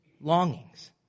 longings